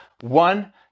one